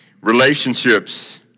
Relationships